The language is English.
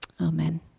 Amen